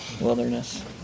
wilderness